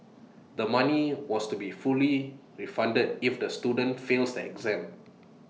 the money was to be fully refunded if the students fail the exams